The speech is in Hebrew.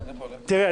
תראה,